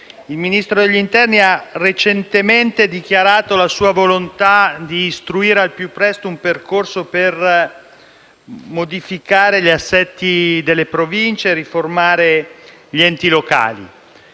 Il Ministro dell'interno ha recentemente dichiarato la sua volontà di istruire al più presto un percorso per modificare gli assetti delle Province e riformare gli enti locali.